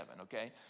okay